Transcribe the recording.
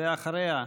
ואחריה,